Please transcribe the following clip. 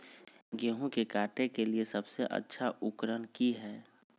गेहूं के काटे के लिए सबसे अच्छा उकरन की है?